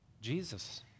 Jesus